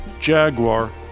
Jaguar